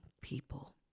people